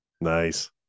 nice